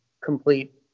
complete